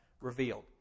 revealed